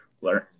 learn